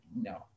no